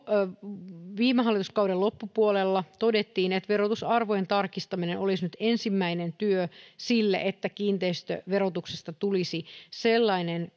viime hallituskauden loppupuolella todettiin että verotusarvojen tarkistaminen olisi nyt ensimmäinen työ siinä että kiinteistöverotuksesta tulisi sellainen